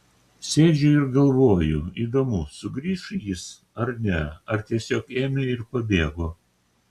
sėdžiu ir galvoju įdomu sugrįš jis ar ne ar tiesiog ėmė ir pabėgo